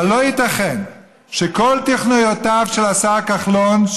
אבל לא ייתכן שבכל תוכניותיו של השר כחלון,